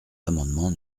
l’amendement